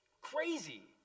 Crazy